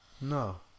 No